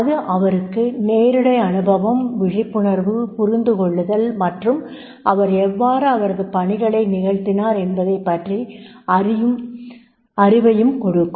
அது அவருக்கு நேரிடை அனுபவம் விழிப்புணர்வு புரிந்துகொள்ளுதல் மற்றும் அவர் எவ்வாறு அவரது பணிகளை நிகழ்த்தினார் என்பதைப் பற்றிய அறிவும் கொடுக்கும்